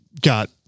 Got